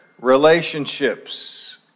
relationships